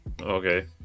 okay